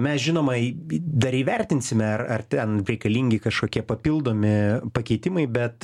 mes žinoma į dar įvertinsime ar ar ten reikalingi kažkokie papildomi pakeitimai bet